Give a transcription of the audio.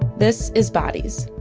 this is bodies,